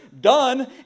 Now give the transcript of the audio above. done